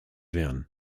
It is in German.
werden